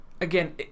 again